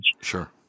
Sure